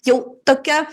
jau tokia